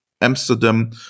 Amsterdam